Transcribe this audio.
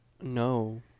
No